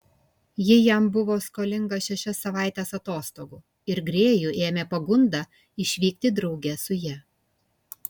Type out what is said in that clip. ji jam buvo skolinga šešias savaites atostogų ir grėjų ėmė pagunda išvykti drauge su ja